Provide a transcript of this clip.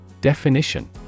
DEFINITION